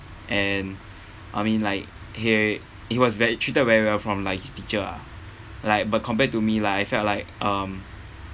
and I mean like he he was very treated very well from like his teacher ah like but compared to me like I felt like um